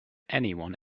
anyone